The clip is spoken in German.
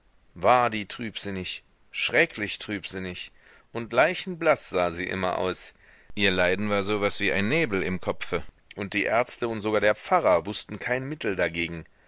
war die trübsinnig schrecklich trübsinnig und leichenblaß sah sie immer aus ihr leiden war so was wie ein nebel im kopfe und die ärzte und sogar der pfarrer wußten kein mittel dagegen